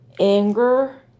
anger